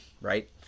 Right